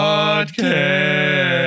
Podcast